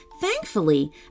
Thankfully